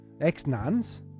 Ex-nuns